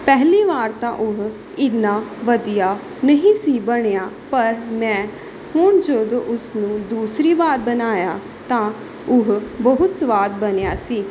ਪਹਿਲੀ ਵਾਰ ਤਾਂ ਉਹ ਇੰਨਾ ਵਧੀਆ ਨਹੀਂ ਸੀ ਬਣਿਆ ਪਰ ਮੈਂ ਹੁਣ ਜਦੋਂ ਉਸਨੂੰ ਦੂਸਰੀ ਵਾਰ ਬਣਾਇਆ ਤਾਂ ਉਹ ਬਹੁਤ ਸਵਾਦ ਬਣਿਆ ਸੀ